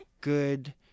good